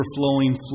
overflowing